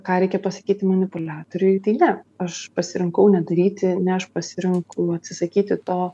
ką reikia pasakyti manipuliatoriui tai ne aš pasirinkau nedaryti ne aš pasirinku atsisakyti to